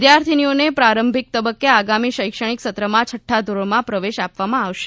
વિદ્યાર્થિનીઓને પ્રારંભિક તબક્કે આગામી શૈક્ષણિક સત્રમાં છઠ્ઠા ધોરણમાં પ્રવેશ આપવામાં આવશે